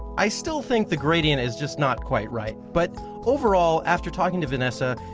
i still think the gradient is just not quite right but overall, after talking to vanessa,